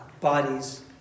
bodies